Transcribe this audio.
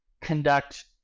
conduct